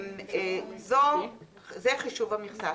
זה חישוב המכסה.